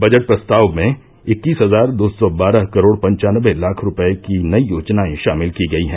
budget प्रस्ताव में इक्कीस हजार दो सौ बारह करोड़ पनचानवें लाख रूपये की नई योजनाएं षामिल की गई हैं